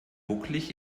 bucklig